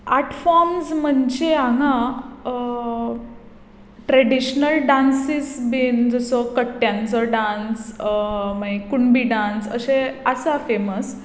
art forms म्हणचे हांगा traditional dances बीन जसो कट्ट्यांचो डांस मागीर कुणबी डांस अशे आसा फॅमस